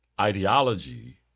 ideology